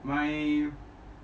my